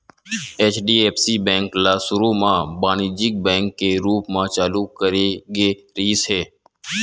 HDFC bank ल सुरू म बानिज्यिक बेंक के रूप म चालू करे गे रिहिस हे